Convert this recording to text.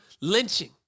lynching